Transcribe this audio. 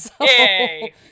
Yay